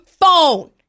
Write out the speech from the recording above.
phone